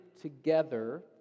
together